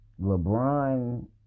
LeBron